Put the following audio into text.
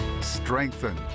strengthen